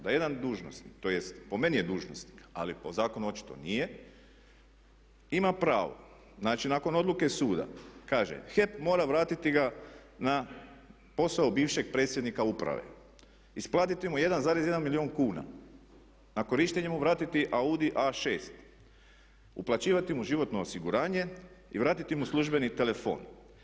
Da jedan dužnosnik tj. po meni je dužnosnik ali po zakonu očito nije ima pravo znači nakon odluke suda kaže HEP mora vratiti ga na posao bivšeg predsjednika uprave, isplatiti mu 1,1 milijun kuna, na korištenje mu vratiti Audi A6, uplaćivati mu životno osiguranje i vratiti mu službeni telefon.